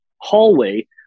hallway